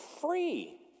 free